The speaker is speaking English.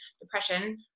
depression